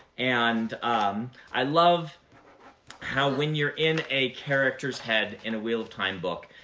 and um i love how linear in a character's head in a wheel of time book.